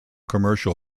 commercial